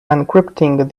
encrypting